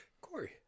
Corey